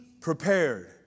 prepared